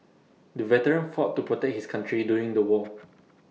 the veteran fought to protect his country during the war